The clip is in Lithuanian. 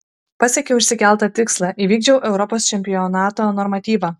pasiekiau išsikeltą tikslą įvykdžiau europos čempionato normatyvą